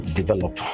develop